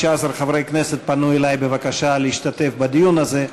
15 חברי כנסת פנו אלי בבקשה להשתתף בדיון הזה,